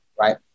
right